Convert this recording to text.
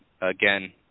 again